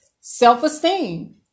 self-esteem